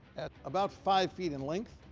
at about five feet in length,